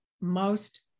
most-